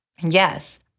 Yes